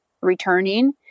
returning